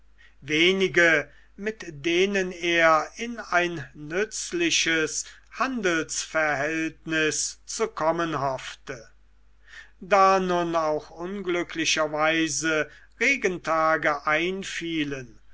wenige mit denen er in ein nützliches handelsverhältnis zu kommen hoffte da nun auch unglücklicherweise regentage einfielen